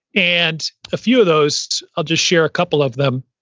and a few of those, i'll just share a couple of them.